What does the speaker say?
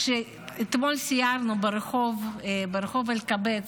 כשאתמול סיירנו ברחוב אלקבץ,